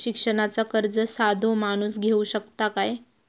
शिक्षणाचा कर्ज साधो माणूस घेऊ शकता काय?